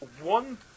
one